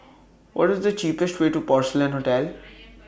What IS The cheapest Way to Porcelain Hotel